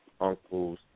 uncles